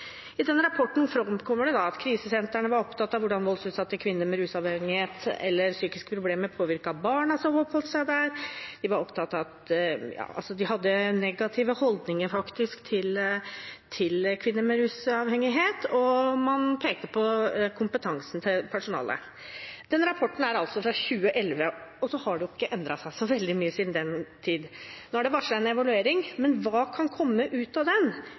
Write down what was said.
I denne rapporten framkommer det at krisesentrene var opptatt av hvordan voldsutsatte kvinner med rusavhengighet eller psykiske problemer påvirket barna som oppholdt seg der. De hadde negative holdninger, faktisk, til kvinner med rusavhengighet. Og man pekte på kompetansen til personalet. Denne rapporten er altså fra 2011, og det har jo ikke endret seg så veldig mye siden den tid. Nå er det varslet en evaluering, men hva kan komme ut av den?